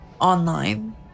online